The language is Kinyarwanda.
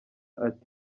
ati